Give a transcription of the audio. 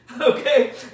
Okay